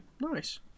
Nice